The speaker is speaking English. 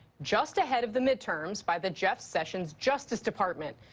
just ahead of the midterms, by the jeff sessions justice department.